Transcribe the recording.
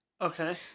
Okay